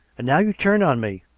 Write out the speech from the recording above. and now you turn on me,